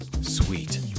sweet